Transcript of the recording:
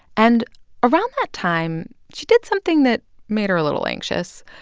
and around that time, she did something that made her a little anxious.